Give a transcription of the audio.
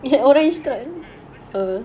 I feel like it's good ah because like